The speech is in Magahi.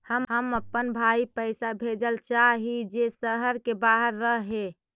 हम अपन भाई पैसा भेजल चाह हीं जे शहर के बाहर रह हे